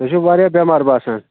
تُہۍ چھُو واریاہ بٮ۪مار باسان